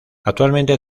actualmente